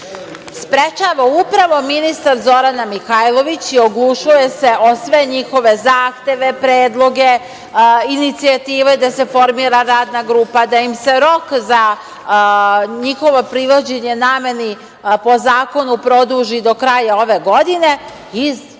sprečava upravo ministar, Zorana Mihajlović i oglušuje se o sve njihove zahteve, predloge, inicijative da se formira radna grupa, da im se rok za njihovo privođenje nameni po zakonu produži do kraja ove godine iz ovog